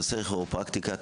הנושא כירופרקטיקה,